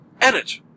edit